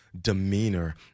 demeanor